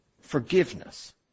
forgiveness